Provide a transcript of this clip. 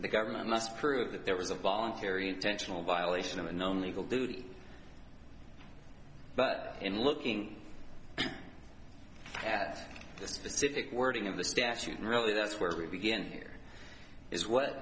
the government must prove that there was a voluntary intentional violation of a known legal duty but in looking at the specific wording of the statute and really that's where we begin here is what